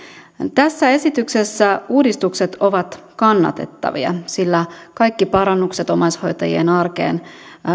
tässä esityksessä uudistukset ovat kannatettavia sillä kaikki parannukset omaishoitajien arkeen